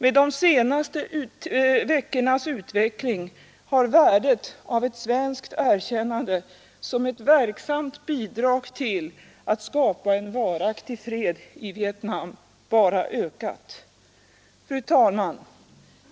Med de senaste veckornas utveckling har värdet av ett svenskt erkännande som ett verksamt bidrag till att skapa en varaktig fred i Vietnam bara ökat. Fru talman!